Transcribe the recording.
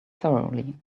thoroughly